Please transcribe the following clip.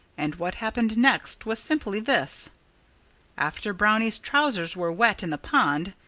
and what happened next was simply this after brownie's trousers were wet in the pond,